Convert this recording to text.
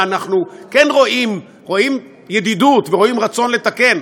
ואנחנו כן רואים ידידות ורואים רצון לתקן,